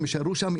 הם יישארו שם,